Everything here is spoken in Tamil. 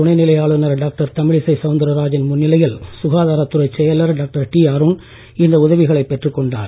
துணைநிலை ஆளுநர் டாக்டர் தமிழிசை சவுந்தரராஜன் முன்னிலையில் சுகாதாரத் துறைச் செயலர் டாக்டர் டி அருண் இந்த உதவிகளை பெற்று கொண்டார்